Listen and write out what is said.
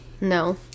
No